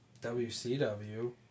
WCW